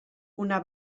una